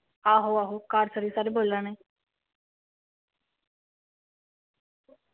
आहो आहो car service आह्ले बोला ने